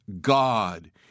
God